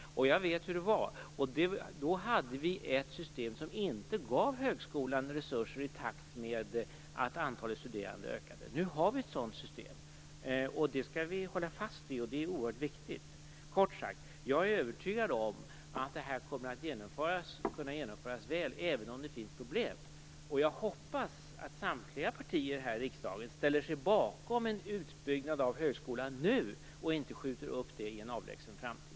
Jag vet hur det var. Då hade vi ett system som inte gav högskolan resurser i takt med att antalet studerande ökade. Nu har vi ett sådant system. Det skall vi hålla fast vid. Det är oerhört viktigt. Kort sagt, jag är övertygad om att det här kommer att kunna genomföras väl även om det finns problem. Jag hoppas att samtliga partier här i riksdagen ställer sig bakom en utbyggnad av högskolan nu och inte skjuter upp det till en avlägsen framtid.